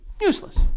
useless